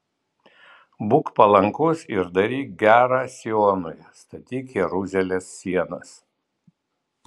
būk palankus ir daryk gera sionui statyk jeruzalės sienas